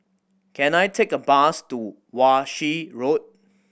can I take a bus to Wan Shih Road